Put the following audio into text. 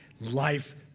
Life